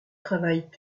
travaillent